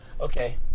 okay